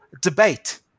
debate